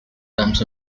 terms